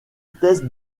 test